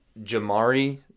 Jamari